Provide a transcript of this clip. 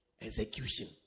execution